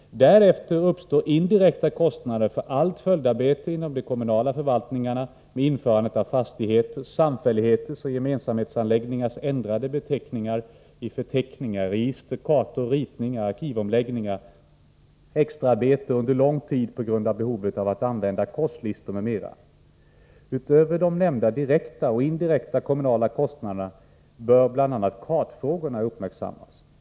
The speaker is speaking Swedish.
Därefter uppstår indirekta kostnader för allt följdarbete inom de kommunala förvaltningarna med införandet av fastigheters, samfälligheters och gemensamhetsanläggningars ändrade beteckningar i förteckningar, register, kartor och ritningar, arkivomläggningar, extraarbete under lång tid på grund av behovet av att använda korslistor m.m. Utöver de nämnda direkta och indirekta kommunala kostnaderna bör bl.a. kartfrågorna uppmärksammas.